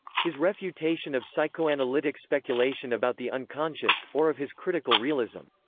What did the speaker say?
his refutation of psychoanalytic speculation about the unconscious, or of his critical realism.